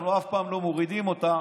אנחנו אף פעם לא מורידים אותה,